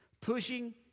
pushing